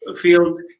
field